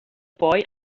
boy